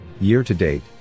Year-to-date